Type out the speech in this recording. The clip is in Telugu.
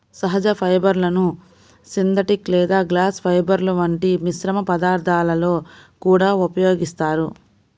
సహజ ఫైబర్లను సింథటిక్ లేదా గ్లాస్ ఫైబర్ల వంటి మిశ్రమ పదార్థాలలో కూడా ఉపయోగిస్తారు